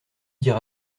dire